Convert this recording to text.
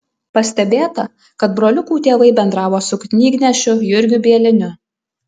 pastebėta kad broliukų tėvai bendravo su knygnešiu jurgiu bieliniu